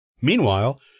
Meanwhile